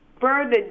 further